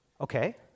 Okay